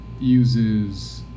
uses